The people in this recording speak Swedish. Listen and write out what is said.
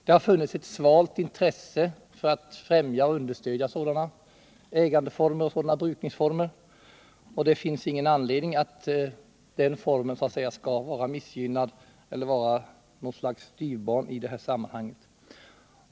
Det har funnits ett svalt intresse för att främja och understödja sådana brukningsformer. Det finns ingen anledning att den formen skall vara något slags styvbarn i detta sammanhang.